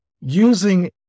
using